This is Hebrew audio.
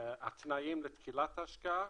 התנאים לתחילת ההשקעה,